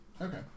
Okay